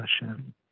Hashem